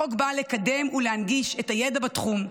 החוק בא לקדם ולהנגיש את הידע בתחום,